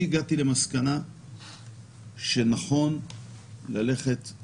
אני הגעתי למסקנה שנכון ללכת על